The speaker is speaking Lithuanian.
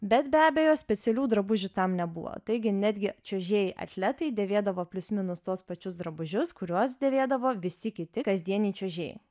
bet be abejo specialių drabužių tam nebuvo taigi netgi čiuožėjai atletai dėvėdavo plius minus tuos pačius drabužius kuriuos dėvėdavo visi kiti kasdieniai čiuožėjai